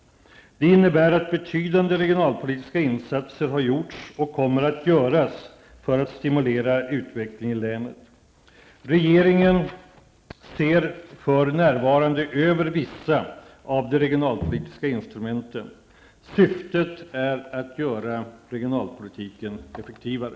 Det innebär att betydande regionalpolitiska insatser har gjorts och kommer att göras för att stimulera utvecklingen i länet. Regeringen ser för närvarande över vissa av de regionalpolitiska instrumenten. Syftet är att göra regionalpolitiken effektivare.